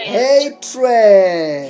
hatred